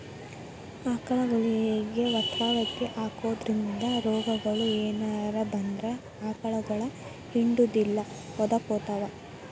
ಆಕಳಗೊಳಿಗೆ ವತವತಿ ಹಾಕೋದ್ರಿಂದ ರೋಗಗಳು ಏನರ ಬಂದ್ರ ಆಕಳಗೊಳ ಹಿಂಡುದಿಲ್ಲ ಒದಕೊತಾವ